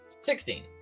Sixteen